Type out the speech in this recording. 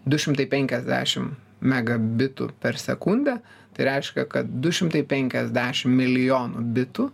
du šimtai penkiasdešim megabitų per sekundę tai reiškia kad du šimtai penkiasdešim milijonų bitų